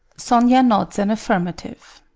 sonia nods an affirmative.